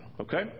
Okay